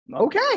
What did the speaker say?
okay